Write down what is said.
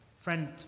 Friend